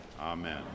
Amen